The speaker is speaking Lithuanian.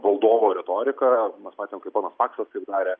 valdovo retoriką mes matėm kaip ponas paksas taip darė